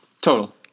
Total